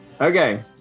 Okay